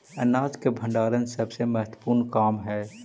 अनाज के भण्डारण सबसे महत्त्वपूर्ण काम हइ